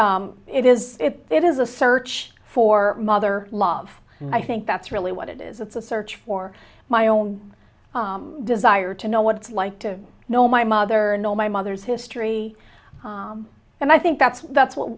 it is it is a search for mother love and i think that's really what it is it's a search for my own desire to know what it's like to know my mother and know my mother's history and i think that's that's what